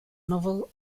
novel